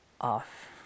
off